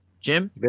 Jim